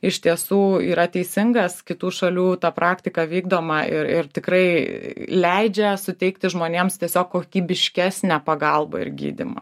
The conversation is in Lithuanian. iš tiesų yra teisingas kitų šalių ta praktika vykdoma ir ir tikrai leidžia suteikti žmonėms tiesiog kokybiškesnę pagalbą ir gydymą